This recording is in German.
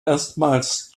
erstmals